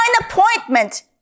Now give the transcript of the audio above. appointment